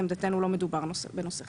לעמדתנו לא מדובר בנושא חדש.